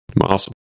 Awesome